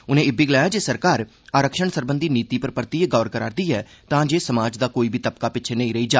उनें इब्बी गलाया जे सरकार आरक्षण सरबंधी नीति पर परतियै गौर करा' रदी ऐ तांजे समाज दा कोई बी तबका पिच्छे नेईं रेई जा